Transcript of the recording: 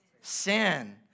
sin